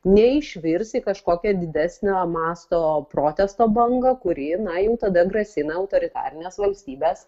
neišvirs į kažkokio didesnio masto protesto bangą kuri na jau tada grasina autoritarines valstybes